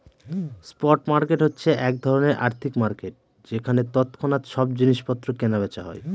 spot market হচ্ছে এক ধরনের আর্থিক মার্কেট যেখানে তৎক্ষণাৎ সব জিনিস পত্র কেনা বেচা হয়